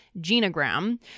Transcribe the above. genogram